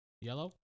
Yellow